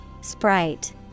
Sprite